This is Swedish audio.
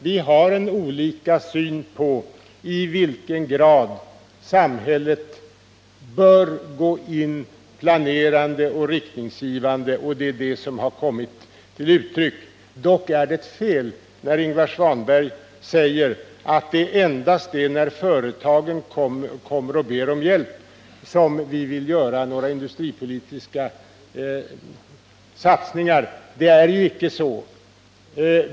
Vi har olika mening om i vilken grad samhället bör gå in planerande och riktningsgivande, och det är det som här har kommit till uttryck. Dock är det fel när Ingvar Svanberg säger att det endast är när företagen kommer och ber om hjälp som vi vill göra några industripolitiska satsningar.